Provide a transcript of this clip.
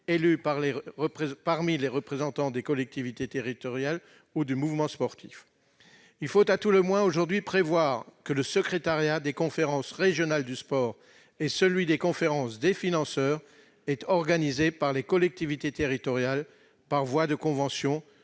élue parmi les représentants des collectivités territoriales ou du mouvement sportif. Aujourd'hui, il faut à tout le moins prévoir que le secrétariat des conférences régionales du sport et celui des conférences des financeurs soient assurés par les collectivités territoriales par voie de convention,